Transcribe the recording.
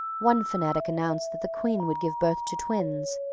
one fanatic announced that the queen would give birth to twins,